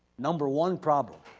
number one problem